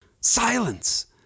silence